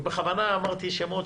ובכוונה אמרתי שמות